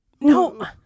No